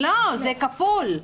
לא, הסכום כפול.